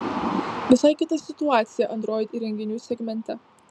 visai kita situacija android įrenginių segmente